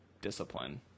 discipline